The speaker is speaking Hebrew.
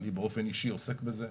אני באופן אישי עוסק בזה.